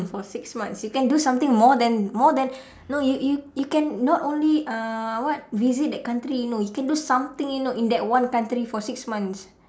for six months you can do something more than more than you know you you you can not only uh what visit that country you know you can do something you know in that one country for six months